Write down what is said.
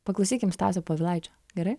paklausykim stasio povilaičio gerai